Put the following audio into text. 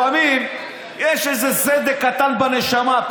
לפעמים יש איזה סדק קטן בנשמה,